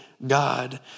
God